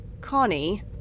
Connie